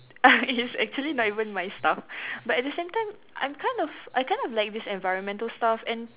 it's actually not even my stuff but at the same time I'm kind of I kind of like this environmental stuff and